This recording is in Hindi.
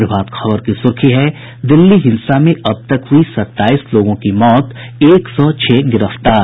प्रभात खबर की सुर्खी है दिल्ली हिंसा में अब तक हुई सत्ताईस लोगों की मौत एक सौ छह गिरफ्तार